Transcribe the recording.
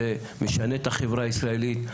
זה משנה את החברה הישראלית.